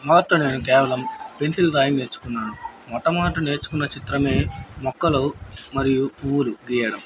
మొత్తం నేను కేవలం పెన్సిల్ డ్రాయింగ్ నేర్చుకున్నాను మొట్టమొదట నేర్చుకున్న చిత్రమే మొక్కలు మరియు పూలు గీయడం